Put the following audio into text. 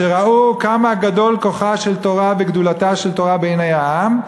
שראו כמה גדול כוחה של תורה ומהי גדולתה של תורה בעיני העם,